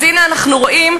אז הנה אנחנו רואים,